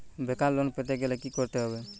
বেকার লোন পেতে গেলে কি করতে হবে?